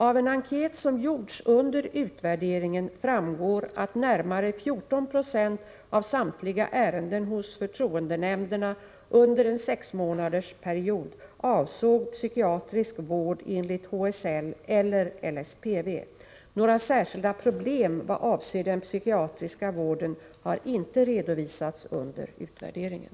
Av en enkät som gjorts under utvärderingen framgår att närmare 14976 av samtliga ärenden hos förtroendenämnderna under en sexmånadersperiod avsåg psykiatrisk vård enligt HSL eller LSPV. Några särskilda problem vad avser den psykiatriska vården har inte redovisats under utvärderingen.